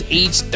age